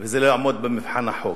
וזה לא יעמוד במבחן החוק.